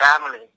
family